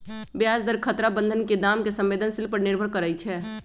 ब्याज दर खतरा बन्धन के दाम के संवेदनशील पर निर्भर करइ छै